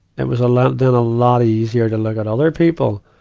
it was a lot then, a lot easier to look at other people,